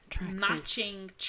Matching